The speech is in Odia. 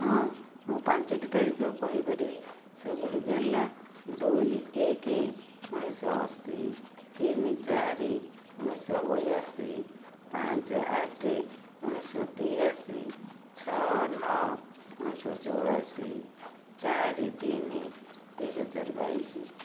ହଁ ମୁଁ ପାଞ୍ଚଟି ତାରିଖ କହିପାରିବି ସେଗୁଡ଼ିକ ହେଲା ଦୁଇ ଏକ ଉଣେଇଶହ ଅଶୀ ତିନି ଚାରି ଉଣେଇଶହ ବୟାଅଶୀ ପାଞ୍ଚ ଆଠ ଉଣେଇଶହ ତେୟାଅଶୀ ଛଅ ନଅ ଉଣେଇଶହ ଚଉରାଅଶୀ ଚାରି ତିନି ଦୁଇ ହଜାର ବାଇଶି